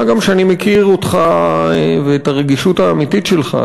מה גם שאני מכיר אותך ואת הרגישות האמיתית שלך,